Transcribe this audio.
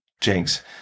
jinx